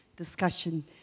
discussion